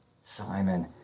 Simon